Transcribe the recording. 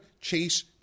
chase